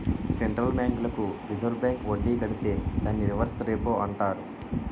central బ్యాంకులకు reserve bank వడ్డీ కడితే దాన్ని రివర్స్ రెపో అంటారు